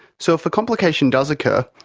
so if a complication does occur,